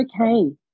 okay